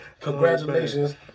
Congratulations